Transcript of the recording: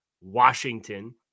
Washington